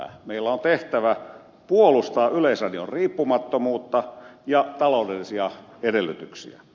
meillä on tehtävä puolustaa yleisradion riippumattomuutta ja taloudellisia edellytyksiä